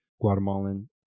Guatemalan